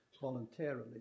voluntarily